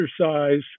exercise